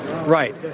Right